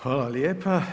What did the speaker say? Hvala lijepa.